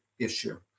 issue